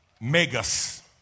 megas